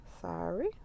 Sorry